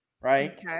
Right